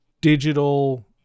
digital